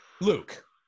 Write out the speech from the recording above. Luke